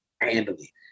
handily